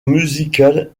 musicale